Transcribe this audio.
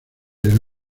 del